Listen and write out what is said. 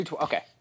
Okay